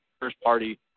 First-party